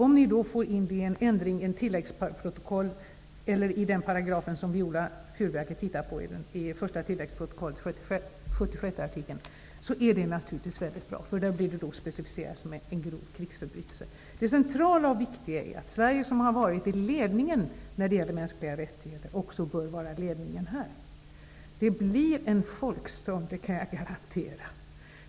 Om ni får igenom det i ett tilläggsprotokoll eller genom en ändring i den paragraf som Viola Furubjelke talade om, första tillägsprotokollet, artikel 76, är det naturligtsvis mycket bra, eftersom det då blir specificerat som en grov krigsförbrytelse. Det centrala är att Sverige som har varit i ledningen när det gäller mänskliga rättigheter också är i ledningen här. Det blir en folkstorm. Det kan jag garantera.